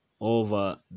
over